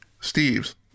steve's